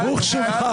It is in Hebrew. זה כי אנחנו מתייוונים,